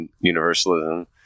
universalism